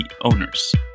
owners